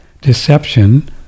Deception